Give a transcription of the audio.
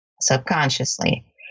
subconsciously